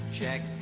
Check